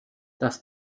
das